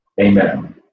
Amen